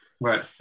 Right